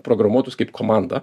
programuotojus kaip komandą